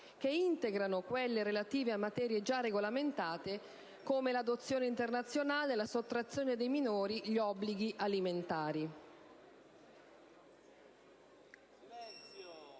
che integrano quelle relative a materie già regolamentate, come l'adozione internazionale, la sottrazione dei minori, gli obblighi alimentari.